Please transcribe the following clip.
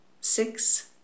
six